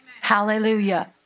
Hallelujah